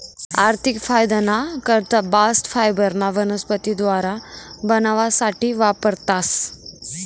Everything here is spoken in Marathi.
आर्थिक फायदाना करता बास्ट फायबरन्या वनस्पती दोऱ्या बनावासाठे वापरतास